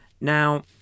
Now